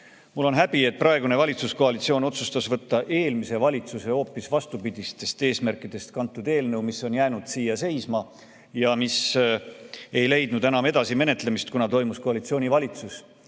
Mul on häbi, et praegune valitsuskoalitsioon otsustas võtta eelmise valitsuse hoopis vastupidistest eesmärkidest kantud eelnõu, mis oli siin seisma jäänud ja mis ei leidnud enam edasimenetlemist, kuna toimus koalitsiooni vahetus.